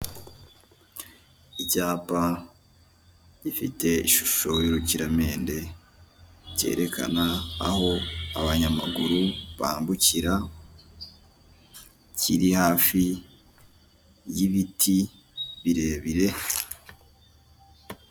Icyapa gifite ishusho y'urukiramende cyerekana aho abanyamaguru bambukira, kiri hafi y'ibiti birebire.